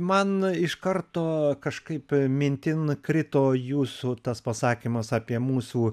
man iš karto kažkaip mintį nukrito jūsų tas pasakymas apie mūsų